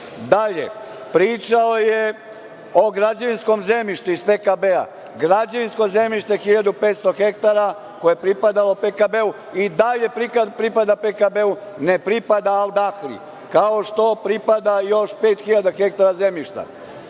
pričao je o građevinskom zemljištu iz PKB. Građevinsko zemljište 1.500 ha koje je pripadalo PKB i dalje pripada PKB, ne pripada Al Dahri, kao što pripada još 5.000 ha zemljišta.